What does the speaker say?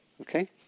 Okay